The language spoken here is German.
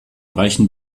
reichen